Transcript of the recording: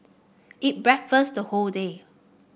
eat breakfast the whole day